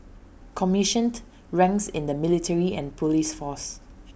commissioned ranks in the military and Police force